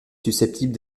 susceptible